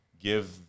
give